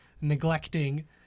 neglecting